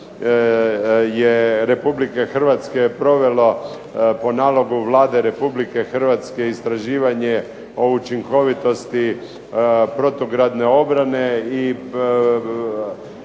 Republike Hrvatske je provelo po nalogu Vlade Republike Hrvatske istraživanje o učinkovitosti protugradne obrane i